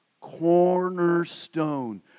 cornerstone